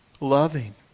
loving